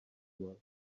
world